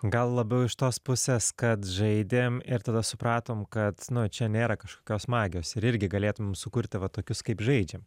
gal labiau iš tos pusės kad žaidėm ir tada supratom kad nu čia nėra kažkokios magijos ir irgi galėtumėm sukurti va tokius kaip žaidžiam